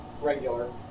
regular